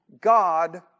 God